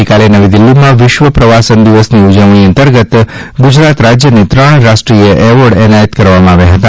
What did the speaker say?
ગઇકાલે નવી દિલ્હીમાં વિશ્વ પ્રવાસન દિવસની ઉલ વણી અંતર્ગત ગુપ્ત રાત રાજ્યને ત્રણ રાષ્ટ્રીય એવોર્ડ એનાયત કરવામાં આવ્યા હતા